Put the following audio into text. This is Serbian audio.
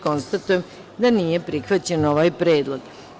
Konstatujem da nije prihvaćen ovaj predlog.